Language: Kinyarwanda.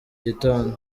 gitondo